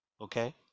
Okay